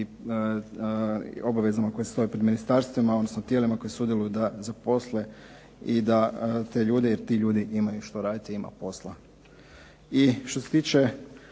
obvezama koje stoje pred ministarstvima, odnosno tijelima koja sudjeluju da zaposle i da te ljude jer ti ljudi imaju što raditi, ima posla. I što se tiče